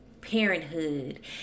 parenthood